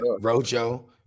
Rojo